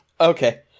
Okay